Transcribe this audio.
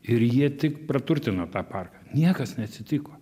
ir jie tik praturtina tą parką niekas neatsitiko